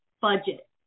budget